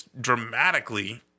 dramatically